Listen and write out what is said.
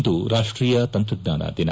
ಇಂದು ರಾಷ್ಟೀಯ ತಂತ್ರಜ್ಞಾನ ದಿನ